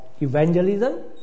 evangelism